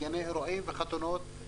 לגני אירועים ולחתונות?